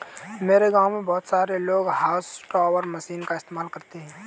मेरे गांव में बहुत सारे लोग हाउस टॉपर मशीन का इस्तेमाल करते हैं